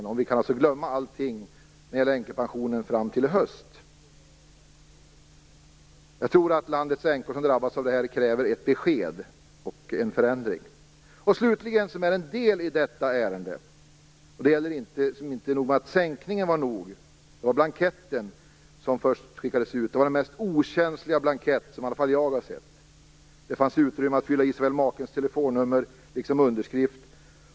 Skall vi alltså helt glömma änkepensionsfrågan ända fram till hösten? Jag tror att landets änkor som drabbas kräver ett besked och en förändring. Slutligen vill jag ta upp en fråga som också är en del av detta ärende. Inte nog med att sänkningen är tillräcklig. Den blankett som först skickades ut är den mest okänsliga blankett som i alla fall jag har sett. Där finns utrymme för såväl makens telefonnummer som makens underskrift.